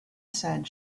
said